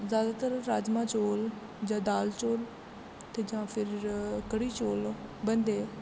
होर जैदातर राजमां चौल जां दाल चौल ते जां फिर कढ़ी चौल बनदे